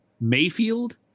Mayfield